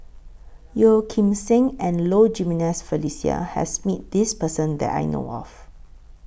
Yeo Kim Seng and Low Jimenez Felicia has Met This Person that I know of